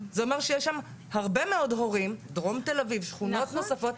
זה אומר שיש שם הרבה מאוד הורים בדרום תל-אביב ובשכונות נוספות,